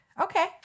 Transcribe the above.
Okay